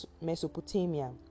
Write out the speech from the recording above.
Mesopotamia